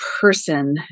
person